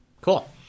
Cool